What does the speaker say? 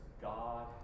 God